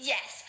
Yes